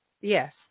Yes